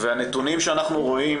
הנתונים שאנחנו רואים